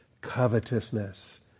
covetousness